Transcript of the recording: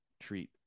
treat